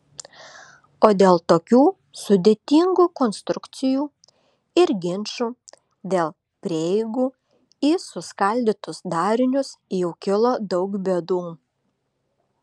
o dėl tokių sudėtingų konstrukcijų ir ginčų dėl prieigų į suskaldytus darinius jau kilo daug bėdų